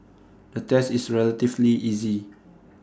the test is relatively easy